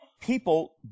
people